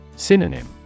Synonym